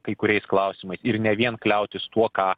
kai kuriais klausimais ir ne vien kliautis tuo ką